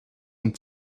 een